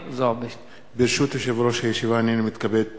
ברשות יושב-ראש הישיבה, הנני מתכבד להודיע,